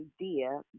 idea